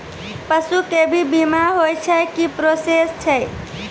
पसु के भी बीमा होय छै, की प्रोसेस छै?